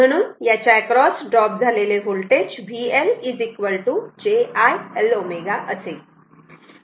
म्हणून याच्या across drop झालेले voltage VL j I L ω असेल